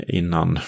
innan